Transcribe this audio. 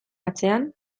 atzean